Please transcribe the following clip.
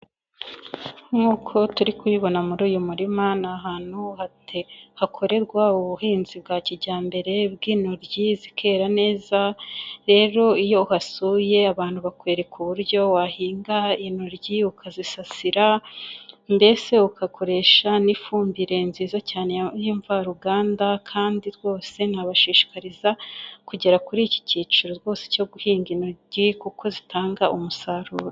Nk'uko turi kubibona muri uyu murima ni ahantu hakorerwa ubuhinzi bwa kijyambere bw'intoryi zikera neza, rero iyo uhasuye abantu bakwereka uburyo wahinga intoryi ukazisasira, mbese ugakoresha n'ifumbire nziza cyane y'imvaruganda kandi rwose nabashishikariza kugera kuri iki kiciro rwose cyo guhinga intoryi kuko zitanga umusaruro.